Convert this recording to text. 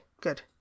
Good